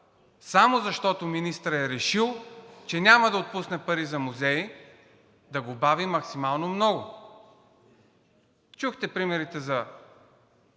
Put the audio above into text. само защото министърът е решил, че няма да отпусне пари за музеи, да го бави максимално много. Чухте примерите за